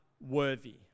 worthy